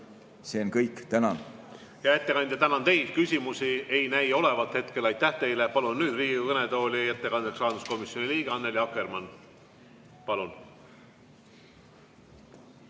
See on kõik. Tänan! Hea ettekandja, tänan teid! Küsimusi ei näi olevat hetkel. Aitäh teile! Palun nüüd Riigikogu kõnetooli ettekandeks rahanduskomisjoni liikme Annely Akkermanni. Palun!